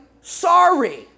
sorry